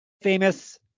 Famous